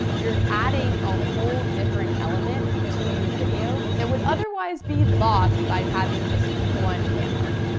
you're adding a whole different element to your video, that would otherwise be lost by having just one camera.